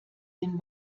den